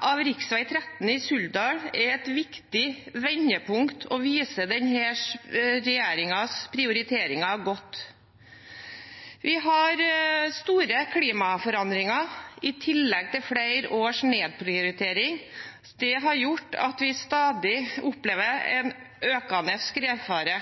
av riksvei 13 i Suldal er et viktig vendepunkt og viser denne regjeringens prioriteringer godt. Vi har store klimaforandringer i tillegg til flere års nedprioritering. Det har gjort at vi stadig opplever en økende skredfare,